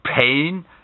pain